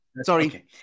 Sorry